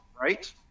Right